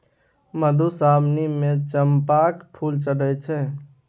मधुश्रावणीमे चंपाक फूल चढ़ैत छै